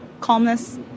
calmness